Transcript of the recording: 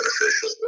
beneficial